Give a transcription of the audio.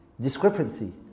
discrepancy